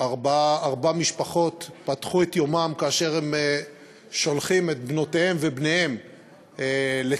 ארבע משפחות פתחו את יומן כאשר הן שולחות את בנותיהן ובניהן לצה"ל,